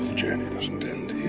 journey doesn't end